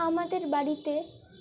আমাদের বাড়িতে